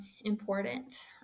important